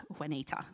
Juanita